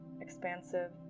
expansive